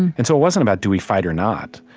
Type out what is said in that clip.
and so it wasn't about do we fight or not?